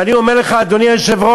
ואני אומר לך, אדוני היושב-ראש,